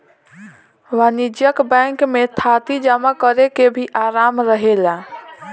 वाणिज्यिक बैंकिंग में थाती जमा करेके भी आराम रहेला